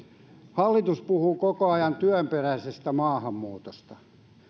hallitus puhuu koko ajan työperäisestä maahanmuutosta